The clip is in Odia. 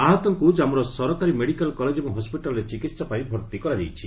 ଆହତଙ୍କୁ ଜାମ୍ମୁର ସରକାରୀ ମେଡ଼ିକାଲ କଲେଜ ଏବଂ ହସ୍ପିଟାଲରେ ଚିକିତ୍ସା ପାଇଁ ଭର୍ତ୍ତି କରାଯାଇଛି